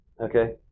Okay